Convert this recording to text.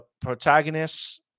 protagonists